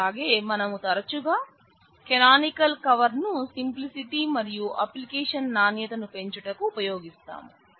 అలాగే మనం తరచుగా కేనోనికల్ కవర్ ను సింప్లిసిటి మరియు అప్లికేషన్ నాణ్యత ను పెంచుటకు ఉపయోగిస్తాము